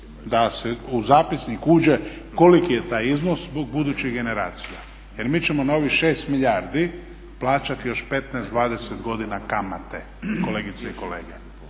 da u zapisnik uđe koliki je taj iznos dug budućih generacija jer mi ćemo na ovih 6 milijardi plaćati još 15-20 godina kamate kolegice i kolege.